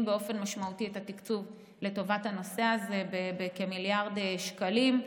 באופן משמעותי את התקציב לטובת הנושא הזה בכמיליארד שקלים.